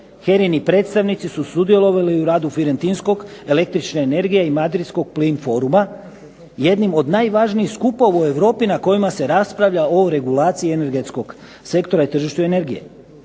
HERA-ini predstavnici su sudjelovali u radu firentinskog električne energije i madridskog plin foruma, jednim od najvažnijih skupova u Europi na kojima se raspravlja o regulaciji energetskog sektora i tržištu energije.